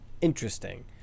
interesting